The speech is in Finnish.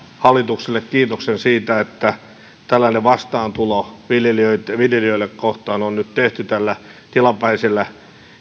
hallitukselle kiitoksen siitä että tällainen vastaantulo viljelijöitä kohtaan on nyt tehty tällä tilapäisellä